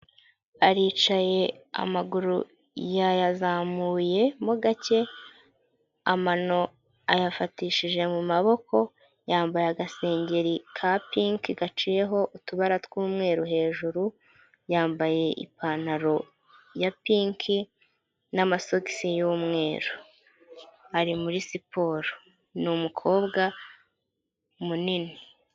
Aricaye amaguru yayazamuye mo gake amano ayafatishije mu maboko, yambaye agasengeri ka pinki gaciyeho utubara tw'umweru, hejuru yambaye ipantaro ya pinki, n'amasogisi y'umweru. Ari muri siporo ni umukobwa munini.